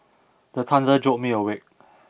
the thunder jolt me awake